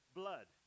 blood